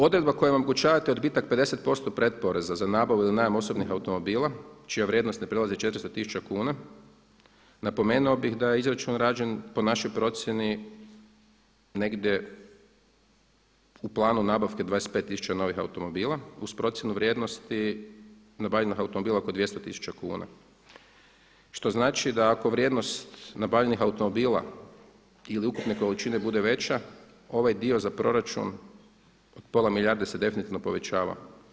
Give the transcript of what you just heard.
Odredba koja omogućava 50% pretporeza za nabavu ili najam osobnih automobila čija vrijednost ne prelazi 400000 kuna napomenuo bih da je izračun rađen po našoj procjeni negdje u planu nabavke 25000 novih automobila uz procjenu vrijednosti nabavljenih automobila oko 200000 kuna, što znači da ako vrijednost nabavljenih automobila ili ukupne količine bude veća ovaj dio za proračun od pola milijarde se definitivno povećava.